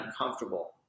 uncomfortable